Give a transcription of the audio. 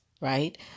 right